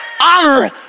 Honor